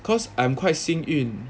cause I'm quite 幸运